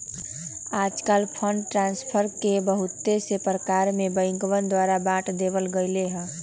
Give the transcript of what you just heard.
आजकल fund transfer के बहुत से प्रकार में बैंकवन द्वारा बांट देवल गैले है